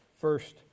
first